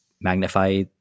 magnify